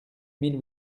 mille